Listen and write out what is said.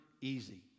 easy